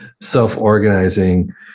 self-organizing